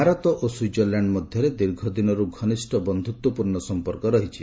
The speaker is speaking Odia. ଭାରତ ଓ ସୁଇଜରଲ୍ୟାଣ୍ଡ ମଧ୍ୟରେ ଦୀର୍ଘଦିନରୁ ଘନିଷ୍ଠ ବନ୍ଧୁତ୍ୱପୂର୍ଣ୍ଣ ସମ୍ପର୍କ ରହିଛି